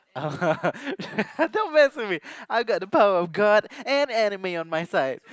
oh don't mess with me I've got the power of god and anime on my side